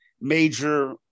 major